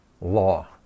law